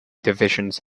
divisions